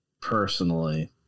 Personally